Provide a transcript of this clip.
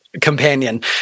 companion